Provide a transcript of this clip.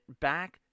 back